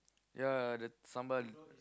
ya the sambal